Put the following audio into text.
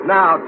Now